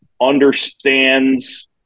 understands